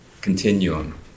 continuum